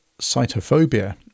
cytophobia